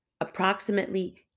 approximately